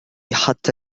حتى